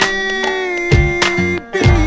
Baby